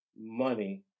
money